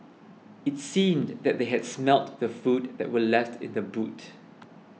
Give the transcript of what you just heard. it seemed that they had smelt the food that were left in the boot